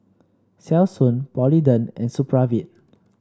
Selsun Polident and Supravit